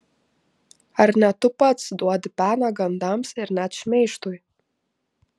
ar ne tu pats duodi peną gandams ir net šmeižtui